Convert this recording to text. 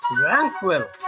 Tranquil